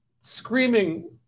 screaming